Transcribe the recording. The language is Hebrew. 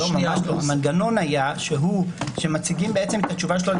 המנגנון היה שמציגים את התשובה שלו.